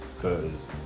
Cause